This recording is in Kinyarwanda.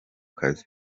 kazi